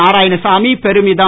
நாராயணசாமி பெருமிதம்